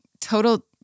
total